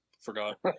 forgot